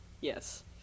Yes